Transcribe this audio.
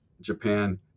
Japan